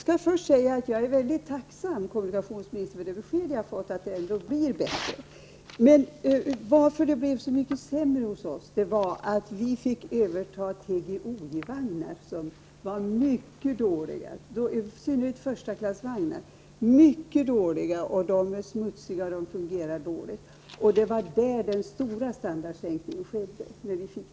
Herr talman! Jag är mycket tacksam för det besked jag har fått om att det ändå blir bättre, kommunikationsministern. Att det blev så mycket sämre hos oss berodde på att vi fick överta TGOJ-vagnar, som var mycket dåliga — i synnerhet förstaklassvagnarna. De är smutsiga och de fungerar dåligt. Det var när vi fick dessa vagnar till Ludvika som den stora standardsänkningen skedde.